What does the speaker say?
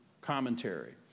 commentary